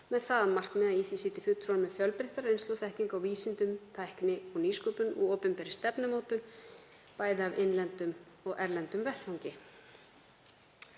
með það að markmiði að í því sitji fulltrúar með fjölbreytta reynslu og þekkingu á vísindum, tækni og nýsköpun og opinberri stefnumótun, bæði af innlendum og erlendum vettvangi.